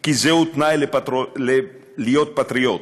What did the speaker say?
כי זהו תנאי להיות פטריוט,